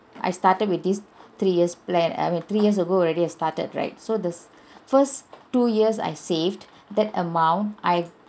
I started with this three years plan I mean three years ago already started right so the first two years I saved that amount I